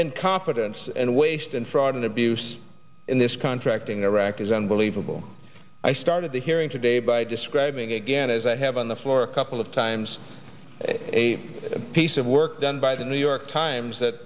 in confidence and waste and fraud and abuse in this contracting iraqis unbelievable i started the hearing today by describing again as i have on the floor a couple of times a piece of work done by the new york times that